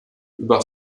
über